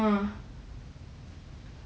ah